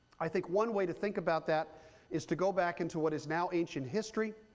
i think one way to think about that is to go back into what is now ancient history.